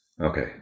Okay